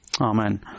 Amen